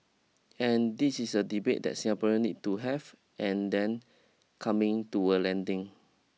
and this is a debate that Singaporeans need to have and then coming to a landing